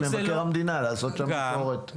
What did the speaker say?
ממשרד מבקר המדינה לעשות שם ביקורת.